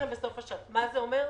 מה זה אומר?